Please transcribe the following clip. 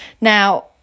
now